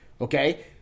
okay